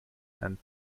and